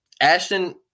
Ashton